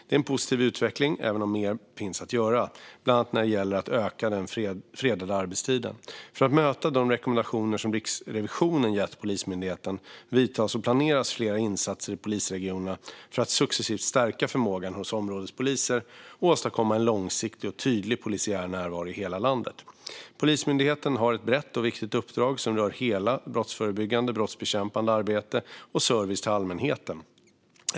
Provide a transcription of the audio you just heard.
Det är en positiv utveckling även om mer finns att göra, bland annat när det gäller att öka den fredade arbetstiden. För att möta de rekommendationer som Riksrevisionen gett Polismyndigheten vidtas och planeras flera insatser i polisregionerna för att successivt stärka förmågan hos områdespoliser och åstadkomma en långsiktig och tydlig polisiär närvaro i hela landet. Polismyndigheten har ett brett och viktigt uppdrag som rör hela det brottsförebyggande och brottsbekämpande arbetet och service till allmänheten.